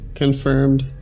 Confirmed